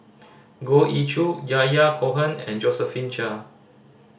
Goh Ee Choo Yahya Cohen and Josephine Chia